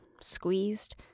squeezed